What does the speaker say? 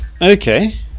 Okay